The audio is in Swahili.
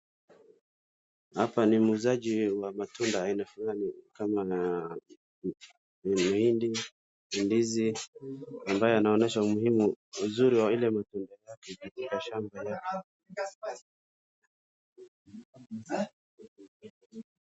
Hapa ni muuzaji wa matunda aina fulani kama mahindi, ndizi, ambaye anaonyesha umuhimu wa uzuri wa ile matunda yake.